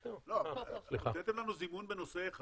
לא, אבל הבאתם לנו זימון בנושא אחד